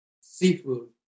seafood